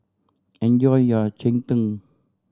enjoy your cheng tng